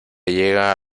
llega